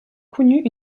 connu